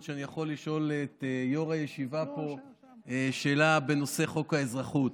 שאני יכול לשאול את יו"ר הישיבה פה שאלה בנושא חוק האזרחות,